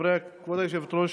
כבוד היושבת-ראש,